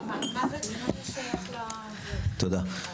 תודה.